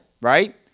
right